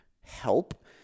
help